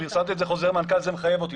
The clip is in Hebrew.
פרסמת את זה כחוזר מנכ"ל זה מחייב אותי,